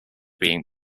being